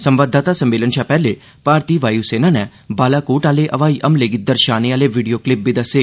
संवाददाता सम्मेलन शा पैहले भारती वायु सेना नै बालाकोट आह्ले ब्हाई हमले गी दर्शाने आह्ले वीडियो क्लिप बी दस्से